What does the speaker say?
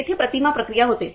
तेथे प्रतिमा प्रक्रिया होते